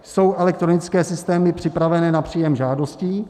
Jsou elektronické systémy připravené na příjem žádostí?